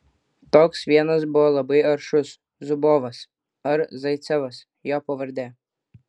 toks vienas buvo labai aršus zubovas ar zaicevas jo pavardė